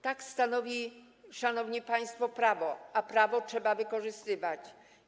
Tak stanowi, szanowni państwo, prawo, a prawo trzeba wykorzystywać.